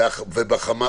נכון?